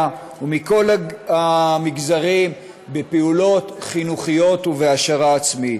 ומכל המגזרים בפעולות חינוכיות ובהעשרה עצמית.